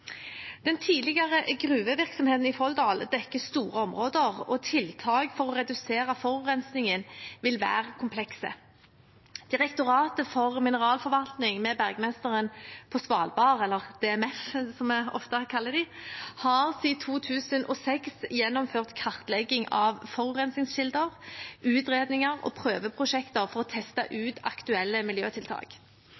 Den tidligere gruvevirksomheten i Folldal dekker store områder, og tiltak for å redusere forurensningen vil være komplekse. Direktoratet for mineralforvaltning med Bergmesteren for Svalbard – DMF, som vi ofte kaller dem – har siden 2006 gjennomført kartlegging av forurensningskilder, utredninger og prøveprosjekter for å teste